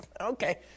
Okay